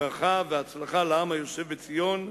ברכה והצלחה לעם היושב בציון,